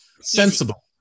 sensible